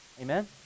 Amen